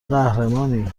قهرمانی